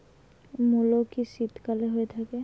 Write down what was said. মূলো কি শীতকালে হয়ে থাকে?